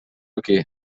aquí